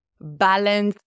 balance